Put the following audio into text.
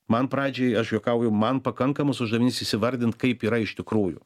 man pradžiai aš juokauju man pakankamas uždavinys įsivardint kaip yra iš tikrųjų